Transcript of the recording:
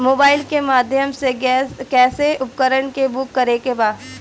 Mobile के माध्यम से कैसे उपकरण के बुक करेके बा?